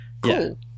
Cool